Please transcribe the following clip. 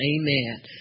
Amen